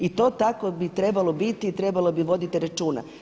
I to tako bi trebalo biti i trebalo bi voditi računa.